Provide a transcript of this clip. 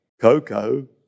Coco